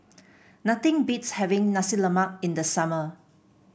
nothing beats having Nasi Lemak in the summer